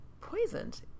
Poisoned